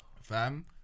fam